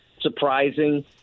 surprising